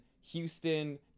Houston